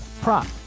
prop